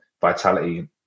vitality